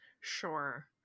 Sure